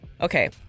Okay